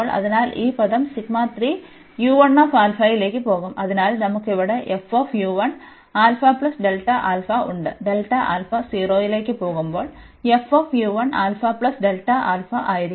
അതിനാൽ ഈ പദം ലേക്ക് പോകും അതിനാൽ നമുക്ക് ഇവിടെ ഉണ്ട് ഡെൽറ്റ ആൽഫ 0 ലേക്ക് പോകുമ്പോൾ ആൽഫയായിരിക്കും